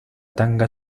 tanga